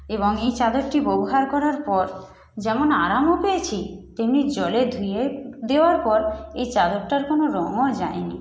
এবং এই চাদরটি ব্যবহার করার পর যেমন আরামও পেয়েছি তেমনি জলে ধুয়ে দেওয়ার পর এই চাদরটার কোনো রঙও যায়নি